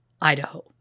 Idaho